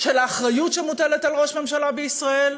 של האחריות שמוטלת על ראש ממשלה בישראל,